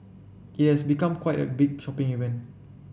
it has become quite a big shopping event